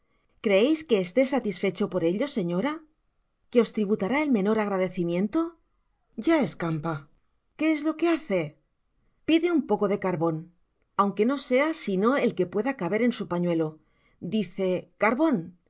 creeis que esté satisfecho por ello señora qué os tributaré el menor agradecimiento ya escampa que es lo que hace pide un poco de carbon aun que no sea sino el que pueda caber en su pañuelo dice carbon